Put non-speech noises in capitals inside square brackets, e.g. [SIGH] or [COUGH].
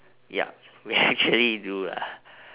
ya we [LAUGHS] actually do lah